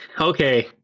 Okay